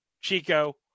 Chico